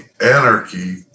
anarchy